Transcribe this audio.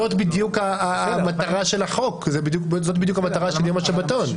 זאת בדיוק המטרה של החוק, של יום השבתון.